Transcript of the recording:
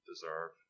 deserve